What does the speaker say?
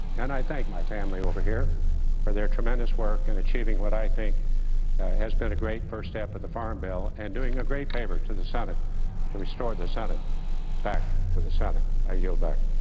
and i thank my family over here for their tremendous work in and achieving what i think has been a great first step of the farm bill and doing a great favor to the senate to restore the senate back to the senate. i yield back.